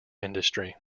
industry